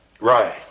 Right